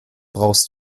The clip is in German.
brauchst